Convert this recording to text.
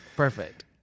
Perfect